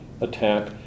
attack